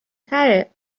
تره